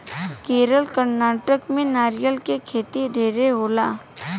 केरल, कर्नाटक में नारियल के खेती ढेरे होला